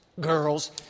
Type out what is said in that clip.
Girls